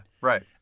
Right